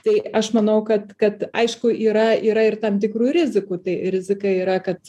tai aš manau kad kad aišku yra yra ir tam tikrų rizikų tai rizika yra kad